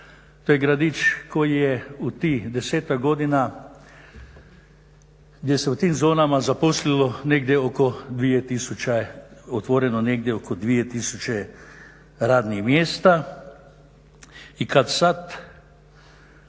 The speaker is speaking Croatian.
to je gradić koji je u tih desetak godina, gdje se u tim zonama zaposlilo negdje oko 2000, otvoreno negdje oko 2000 radnih mjesta i kada sada